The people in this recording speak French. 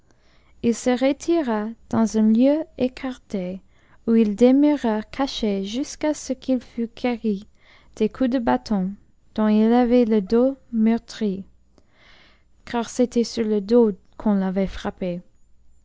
il se retira dans un lieu écarté où il demeura caché jusqu'à ce qu'il fût guéri des coups de bâton dont il avait le dos meurtri car c'était sur le dos qu'on l'avait frappé